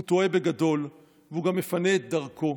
הוא טועה בגדול, והוא גם מפנה את דרכו,